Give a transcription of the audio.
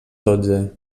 dotze